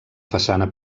façana